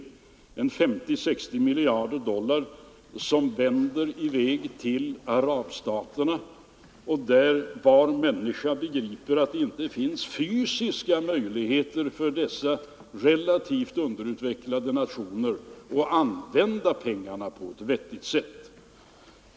50-60 miljarder dollar som går till arabstaterna, dessa relativt underutvecklade nationer som enligt vad varje människa begriper inte har fysiska möjligheter att använda pengarna på ett vettigt sätt.